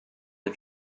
les